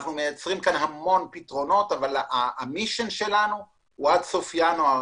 אנחנו מייצרים המון פתרונות אבל המשימה שלנו הוא עד סוף ינואר